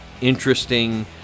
interesting